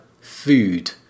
food